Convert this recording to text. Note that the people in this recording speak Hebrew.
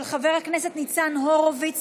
של חבר הכנסת ניצן הורוביץ.